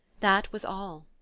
that was all.